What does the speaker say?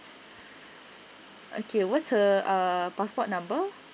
okay what's her uh passport number